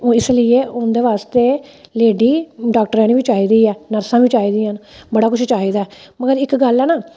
इसलेई उं'दे बास्तै लेडी डाक्टरेआनी बी चाहिदी ऐ नर्सां बी चाहिदियां न बड़ा कुछ चाहिदा ऐ मगर इक गल्ल ऐ ना